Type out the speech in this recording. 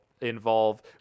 involve